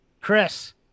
Chris